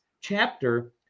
chapter